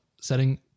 setting